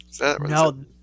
No